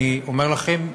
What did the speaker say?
אני אומר לכם,